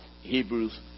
Hebrews